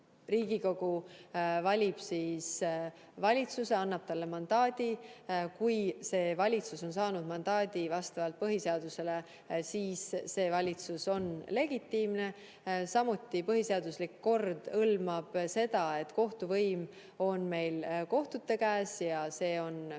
Riigikogu valib valitsuse, annab talle mandaadi. Kui valitsus on saanud mandaadi vastavalt põhiseadusele, siis see valitsus on legitiimne. Samuti põhiseaduslik kord hõlmab seda, et kohtuvõim on meil kohtute käes ja meil on võimude